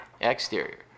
Exterior